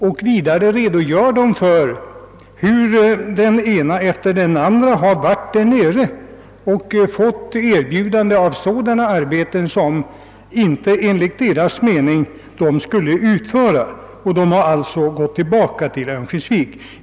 Tidningen redogör också för hur den ena efter den andra varit där nere och fått erbjudande om sådana arbeten som de enligt sin egen mening inte skulle utföra, varför de åkt tillbaka till Örnsköldsvik.